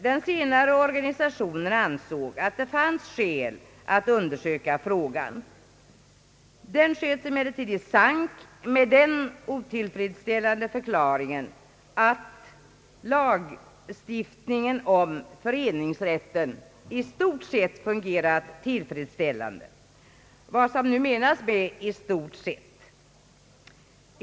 Den sistnämnda organisationen ansåg att det fanns skäl att undersöka frågan. Denna sköts emellertid i sank med den otillfredsställande förklaringen att lagstiftningen om föreningsrätten i stort sett fungerade tillfredsställande — vad som nu menas med »i stort sett».